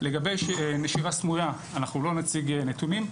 לגבי נשיה סמויה אנחנו לא נציג נתונים,